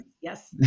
Yes